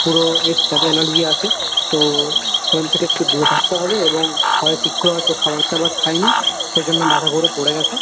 পুরো এনার্জি আছে তো থেকে একটু দূরে থাকতে হবে এবং হয় ঠিক করে খাবার দাবার খায়নি সেজন্য মাথা ঘুরে পড়ে গেছে